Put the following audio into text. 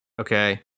okay